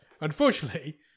Unfortunately